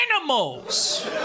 animals